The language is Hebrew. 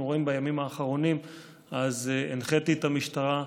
רואים בימים האחרונים הנחיתי את המשטרה,